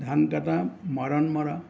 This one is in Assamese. ধান কাটা মাৰণ মাৰা